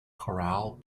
chorale